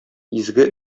изге